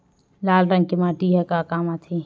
लाल रंग के माटी ह का काम आथे?